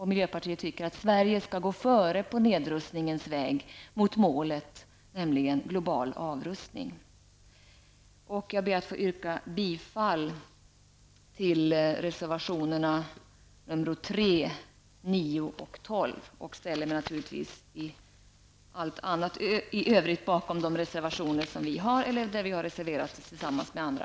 Miljöpartiet tycker att Sverige skall gå före på nedrustningens väg mot målet global avrustning. Jag ber att få yrka bifall till reservationerna nr 3, 9 och 12. Jag ställer mig i övrigt bakom våra egna reservationer och de reservationer vi har tillsammans med andra.